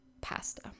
pasta